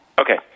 Okay